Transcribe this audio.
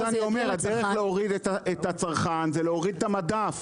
לכן אני אומר שהדרך להוריד לצרכן זה להוריד את המדף.